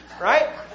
right